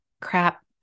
crap